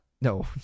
no